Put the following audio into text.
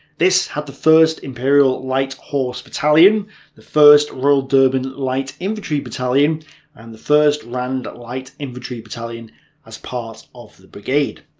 this had the first imperial light horse battalion first royal durban light infantry battalion and the first rand light infantry battalion as part of the brigade.